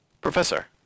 Professor